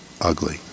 Ugly